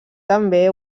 també